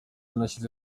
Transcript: yanashyize